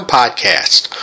podcast